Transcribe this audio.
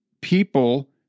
people